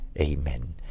Amen